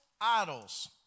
idols